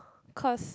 cause